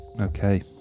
Okay